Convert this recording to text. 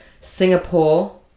Singapore